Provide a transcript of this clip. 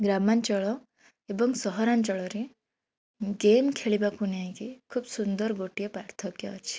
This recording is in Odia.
ଗ୍ରାମାଞ୍ଚଳ ଏବଂ ସହରାଞ୍ଚଳରେ ଗେମ୍ ଖେଳିବାକୁ ନେଇକି ଖୁବ୍ ସୁନ୍ଦର ଗୋଟିଏ ପାର୍ଥକ୍ୟ ଅଛି